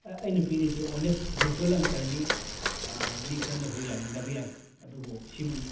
ꯑꯩꯅ ꯄꯤꯔꯤꯁꯤ ꯑꯣꯅꯦꯁ ꯕ꯭ꯔꯨꯆꯨꯋꯦꯜ ꯑꯟꯁꯔꯅꯤ ꯃꯤ ꯈꯔꯅꯁꯨ ꯌꯥꯅꯤꯡꯗꯕ ꯌꯥꯏ ꯑꯗꯨꯕꯨ ꯁꯤꯃꯛꯅꯤ